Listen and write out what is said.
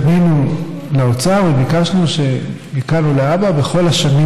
פנינו לאוצר וביקשנו שמכאן ולהבא בכל השנים